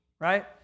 right